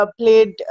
played